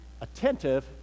attentive